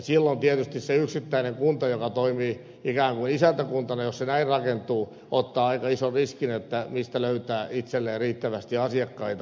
silloin tietysti se yksittäinen kunta joka toimii ikään kuin isäntäkuntana jos se näin rakentuu ottaa aika ison riskin siinä mistä löytää itselleen riittävästi asiakkaita